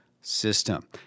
system